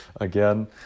again